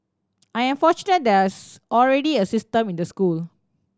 I am fortunate there is already a system in the school